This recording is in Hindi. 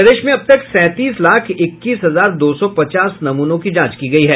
प्रदेश में अब तक सैंतीस लाख इक्कीस हजार दो सौ पचास नमूनों की जांच की गई है